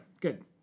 good